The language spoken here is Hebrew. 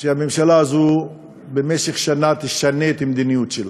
שהממשלה הזאת במשך שנה תשנה את המדיניות שלה,